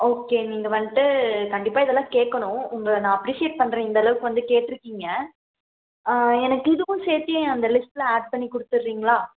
okay நீங்கள் வந்துட்டு கண்டிப்பாக இதெல்லாம் கேட்கணும் உங்களை நான் அப்ரிஷியேட் பண்ணுறேன் இந்தளவுக்கு வந்து கேட்ருக்கீங்க எனக்கு இதுக்கும் சேர்த்தி அந்த லிஸ்ட்டில் ஆட் கொடுத்துட்றீங்களா